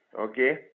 okay